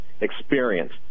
experience